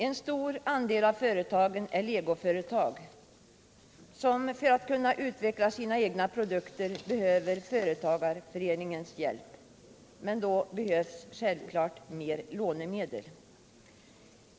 En stor andel av företagen är legoföretag, som för att kunna utveckla sina egna produkter behöver företagarföreningens hjälp. Men då behövs självfallet mer lånemedel.